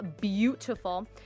beautiful